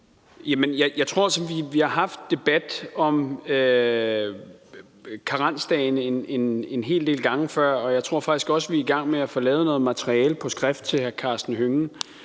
Altså, vi har haft debat om karensdagene en hel del gange før, og jeg tror faktisk også, vi er i gang med at få lavet noget materiale på skrift til hr. Karsten Hønge.